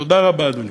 תודה רבה, אדוני.